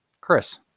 chris